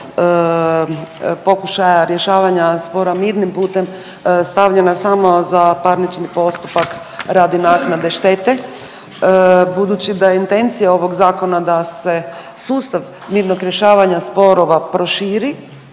pokušaja rješavanja spora mirnim putem stavljena samo za parnični postupak radi naknade štete. Budući da je intencija ovog zakona da se sustav mirnog rješavanja sporova proširi,